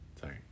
sorry